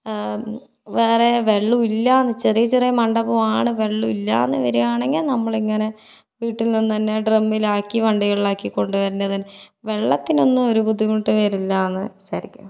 വേറെ വെള്ളമില്ലയെന്ന് ചെറിയ ചെറിയ മണ്ഡപമാണ് വെള്ളമില്ലയെന്ന് വരികയാണെങ്കിൽ നമ്മളിങ്ങനേ വീട്ടിൽ നിന്ന് തന്നേ ഡ്രമ്മിലാക്കി വണ്ടികളിലാക്കി കൊണ്ട് വരേണ്ടത് വെള്ളത്തിനൊന്നും ഒരു ബുദ്ധിമുട്ട് വരില്ലയെന്ന് വിചാരിക്കുന്നു